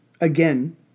again